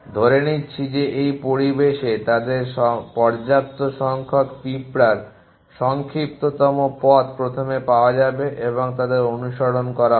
ধরে নিচ্ছি যে এই পরিবেশে তাদের পর্যাপ্ত সংখ্যক পিঁপড়ার সংক্ষিপ্ততম পথ প্রথমে পাওয়া যাবে এবং তাদের অনুসরণ করা হবে